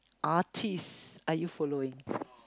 artist are you following